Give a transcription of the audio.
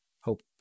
hope